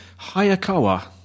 Hayakawa